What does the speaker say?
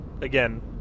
Again